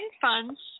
funds